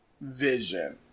vision